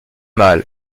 mal